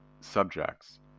subjects